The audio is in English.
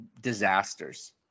disasters